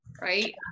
right